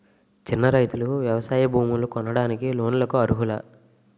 చిన్న రైతులు వ్యవసాయ భూములు కొనడానికి లోన్ లకు అర్హులా?